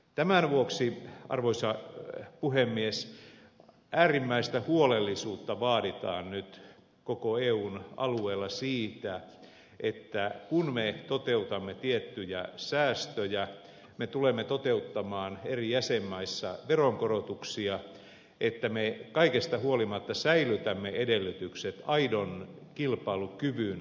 tämän vuoksi arvoisa puhemies äärimmäistä huolellisuutta vaaditaan nyt koko eun alueella siinä että kun me toteutamme tiettyjä säästöjä me tulemme toteuttamaan eri jäsenmaissa veronkorotuksia että me kaikesta huolimatta säilytämme edellytykset aidon kilpailukyvyn rakentumiselle